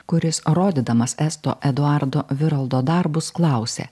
kuris rodydamas esto eduardo viraldo darbus klausė